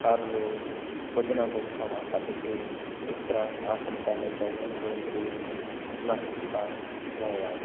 ਹਰ ਰੋਜ਼ ਕੁਝ ਨਾ ਕੁਝ ਸਮਾਂ ਕੱਢ ਕੇ ਇਸ ਤਰ੍ਹਾਂ ਆਸਣ ਕਰਨੇ ਚਾਹੀਦੇ ਹਨ ਰੋਜ਼ ਸਰੀਰ ਨੂੰ ਲਚਕਤਾ ਲੈ ਆਓ